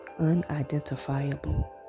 unidentifiable